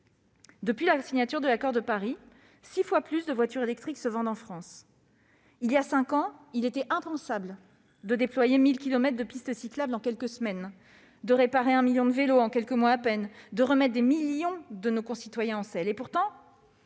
Depuis la signature de cet accord, six fois plus de voitures électriques se vendent en France. Il y a cinq ans, il était impensable de déployer 1 000 kilomètres de pistes cyclables en quelques semaines, de réparer un million de vélos en quelques mois à peine, de remettre des millions de nos concitoyens en selle. Pourtant,